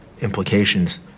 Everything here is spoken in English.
implications